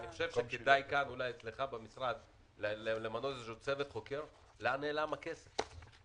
אני חושב שכדאי אולי אצלך במשרד למנות צוות חוקר לבחון לאן נעלם הכסף.